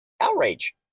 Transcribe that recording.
outrage